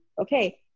okay